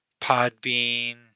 Podbean